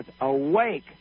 Awake